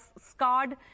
scarred